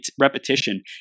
repetition